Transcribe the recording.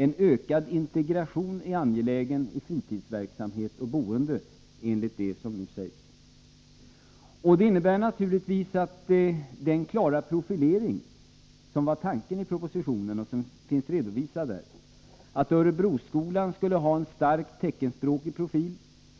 En ökad integration är angelägen i fritidsverksamhet och boende, enligt det som nu sägs. Det innebär naturligtvis att den klara profilering som var regeringens tanke och som redovisas i propositionen — Örebroskolan skulle ha en starkt teckenspråkig profil